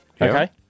Okay